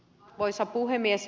arvoisa puhemies